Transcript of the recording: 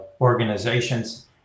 organizations